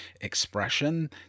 expression